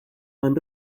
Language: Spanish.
han